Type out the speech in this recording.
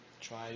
Try